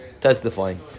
testifying